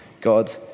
God